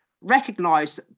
recognised